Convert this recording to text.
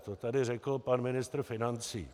To tady řekl pan ministr financí.